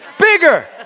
Bigger